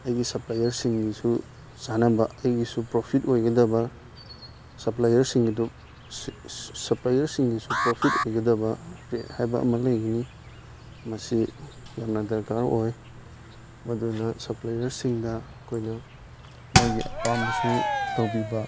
ꯑꯩꯒꯤ ꯁꯞꯄ꯭ꯂꯥꯏꯌꯔꯁꯤꯡꯒꯤꯁꯨ ꯆꯥꯟꯅꯕ ꯑꯩꯒꯤꯁꯨ ꯄ꯭ꯔꯣꯐꯤꯠ ꯑꯣꯏꯒꯗꯕ ꯁꯞꯄ꯭ꯂꯥꯏꯌꯔꯁꯤꯡꯒꯤꯗꯨ ꯁꯞꯄ꯭ꯂꯥꯏꯌꯔꯁꯤꯡꯒꯤꯁꯨ ꯄ꯭ꯔꯣꯐꯤꯠ ꯑꯣꯏꯒꯗꯕ ꯔꯦꯠ ꯍꯥꯏꯕ ꯑꯃ ꯂꯩꯒꯅꯤ ꯃꯁꯤ ꯌꯥꯝꯅ ꯗꯔꯀꯥꯔ ꯑꯣꯏ ꯃꯗꯨꯗꯨꯅ ꯁꯞꯄ꯭ꯂꯥꯏꯌꯔꯁꯤꯡꯗ ꯑꯩꯈꯣꯏꯅ ꯃꯣꯏꯒꯤ ꯑꯄꯥꯝꯕꯁꯨ ꯇꯧꯕꯤꯕ